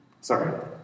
Sorry